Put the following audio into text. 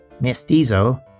Mestizo